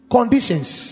Conditions